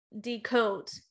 decode